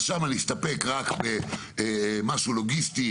להסתפק שם רק במשהו לוגיסטי,